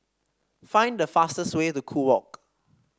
find the fastest way to Kew Walk